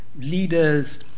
leaders